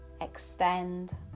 extend